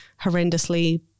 horrendously